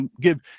give